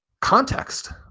context